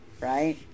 right